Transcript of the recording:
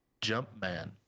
Jumpman